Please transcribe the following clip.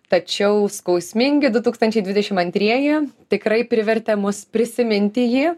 tačiau skausmingi du tūkstančiai dvidešim antrieji tikrai privertė mus prisiminti jį